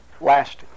last